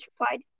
replied